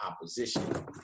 opposition